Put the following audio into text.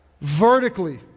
vertically